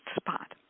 spot